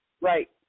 Right